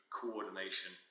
coordination